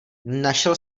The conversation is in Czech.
našel